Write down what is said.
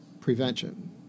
prevention